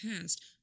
past